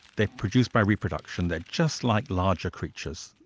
they're produced by reproduction, they're just like larger creatures.